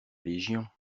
légion